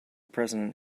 president